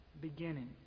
beginning